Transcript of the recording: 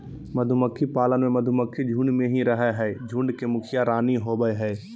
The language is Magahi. मधुमक्खी पालन में मधुमक्खी झुंड में ही रहअ हई, झुंड के मुखिया रानी होवअ हई